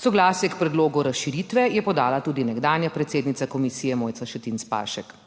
Soglasje k predlogu razširitve je podala tudi nekdanja predsednica komisije Mojca Šetinc Pašek.